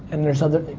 and there's other,